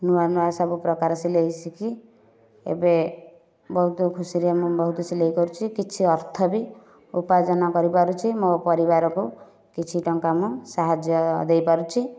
ନୂଆ ନୂଆ ସବୁ ପ୍ରକାର ସିଲେଇ ଶିଖି ଏବେ ବହୁତ ଖୁସିରେ ମୁଁ ବହୁତ ସିଲେଇ କରୁଛି କିଛି ଅର୍ଥ ବି ଉପାର୍ଜନ କରିପାରୁଛି ମୋ ପରିବାରକୁ କିଛି ଟଙ୍କା ମୁଁ ସାହାଯ୍ୟ ଦେଇପାରୁଛି